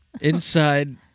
Inside